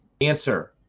Answer